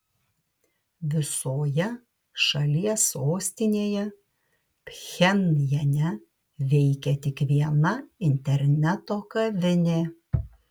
visoje šalies sostinėje pchenjane veikia tik viena interneto kavinė